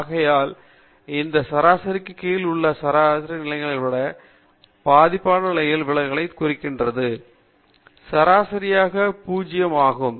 ஆகையால் இந்த சராசரிக்கு கீழே உள்ள சராசரி நியமவிலகல் சராசரியை விட பாதி நிலையான விலகலைக் குறிக்கிறது சராசரியாக 0 ஆகும்